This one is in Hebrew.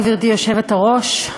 גברתי היושבת-ראש,